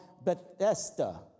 Bethesda